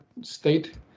state